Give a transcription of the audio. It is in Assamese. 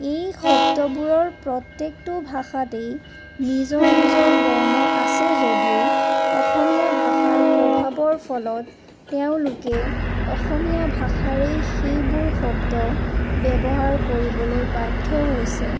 এই শব্দবোৰৰ প্ৰত্যেকটো ভাষাতেই নিজৰ নিজৰ বৰ্ণ আছে যদিও অসমীয়া ভাষাৰ প্ৰভাৱৰ ফলত তেওঁলোকে অসমীয়া ভাষাৰেই সেইবোৰ শব্দ ব্যৱহাৰ কৰিবলৈ বাধ্য হৈছে